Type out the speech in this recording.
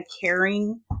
caring